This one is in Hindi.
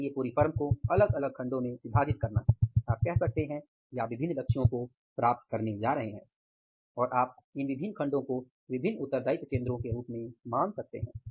इसलिए पूरी फर्म को अलग अलग खंडो में विभाजित करना आप कह सकते हैं कि आप विभिन्न लक्ष्यों को प्राप्त करने जा रहे हैं और आप इन विभिन्न खंडो को विभिन्न उत्तरदायित्व केंद्रों के रूप में मान सकते हैं